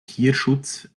tierschutz